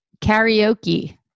Karaoke